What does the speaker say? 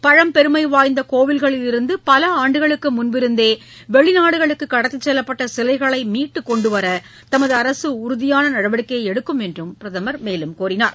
பழம் பெருமை வாய்ந்த கோவில்களிலிருந்து பல ஆண்டுகளுக்கு முன்பிருந்தே வெளிநாடுகளுக்கு கடத்தி செல்லப்பட்ட சிலைகளை மீட்டு கொண்டுவர தமது அரசு உறுதியான நடவடிக்கையை எடுக்கும் என்று பிரதமர் தெரிவித்தார்